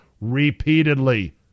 repeatedly